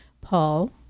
Paul